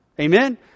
Amen